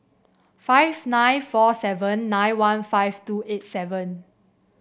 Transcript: five nine four seven nine one five two eight seven